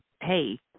hey